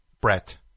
Brett